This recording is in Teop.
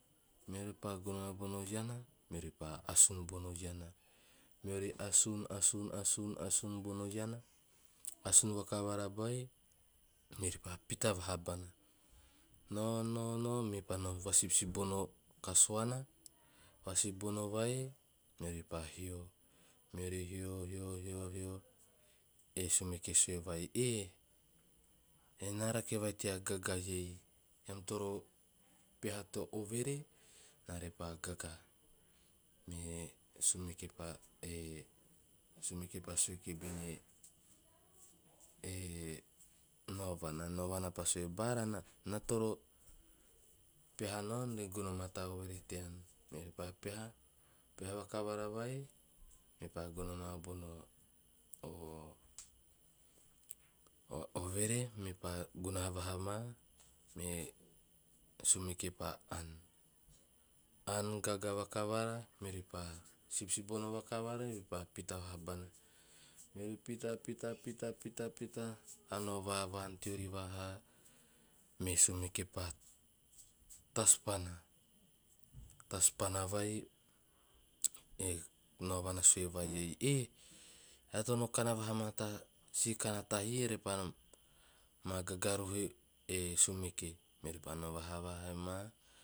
Meori gono ma bono iana, meori pa asun bono iana, meori asun asun asun asun, bono iana. Asun vakavara va bono iana, meorii pa pita vaha bana nao nao nao nao meori pa sibsibono kasuana, va sibono va meoro pa hio, meori hio hio hio hio ei e sumeke sue vai "ena rake vai tea gaga vai eii eam toro peha to overe narepa gaga." Me e sumeke pa sue "bara na toro peha nao na re gono ma ta overe tean, meori pa peha, peha vakavara vai. Me pa gono bono o o overe me pa gunaha vahama me e sumeke pa aan gaga vakavara, meori pa sibsibono vakavara meopi pa, meori pita vahabana pita pita pita pita nao vaan teori vaha. Me sumeke tasupana, tasupana vai e naorana sue vai ei "e eara toro no kana vahama ta si kana tahi ere pa ma gaga roho e sumeke. Meori pa nao havahama